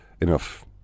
enough